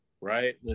right